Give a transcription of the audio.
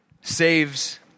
saves